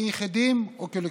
כיחידים או כקולקטיב.